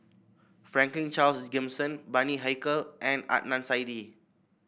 Franklin Charles Gimson Bani Haykal and Adnan Saidi